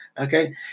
Okay